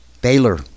Baylor